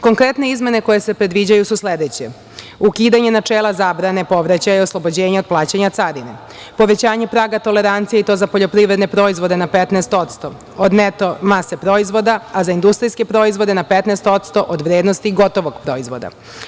Konkretne izmene koje se predviđaju su sledeće: ukidanje načela zabrane povraćaja i oslobođenje od plaćanja carine, povećanje praga tolerancije, i to za poljoprivredne proizvode na 15% od neto mase proizvoda, a za industrijske proizvode na 15% od vrednosti gotovog proizvoda.